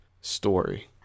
story